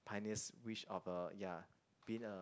pioneer's wish of uh being a